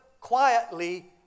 quietly